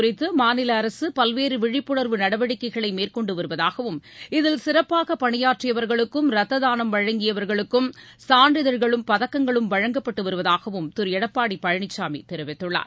குறித்துமாநிலஅரசுபல்வேறுவிழிப்புணர்வு ரத்ததானம் முக்கியத்துவம் நடவடிக்கைகளைமேற்கொண்டுவருவதாகவும் இதில் சிறப்பாகபணியாற்றியவர்களுக்கும் ரத்ததானம் வழங்கியவர்குளுக்கும் சான்றிதழ்களும் பதக்கங்களும் வழங்கப்பட்டுவருவதாகவும் திருளடப்பாடிபழனிசாமிதெரிவித்துள்ளார்